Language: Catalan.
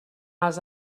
els